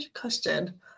question